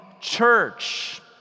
church